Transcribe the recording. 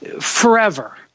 forever